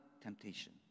temptation